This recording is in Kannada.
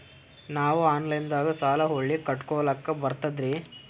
ನಾವು ಆನಲೈನದಾಗು ಸಾಲ ಹೊಳ್ಳಿ ಕಟ್ಕೋಲಕ್ಕ ಬರ್ತದ್ರಿ?